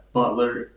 Butler